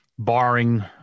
Barring